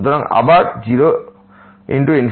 সুতরাং আবার 0 ×∞ ফর্ম